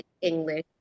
english